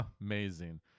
Amazing